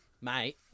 Mate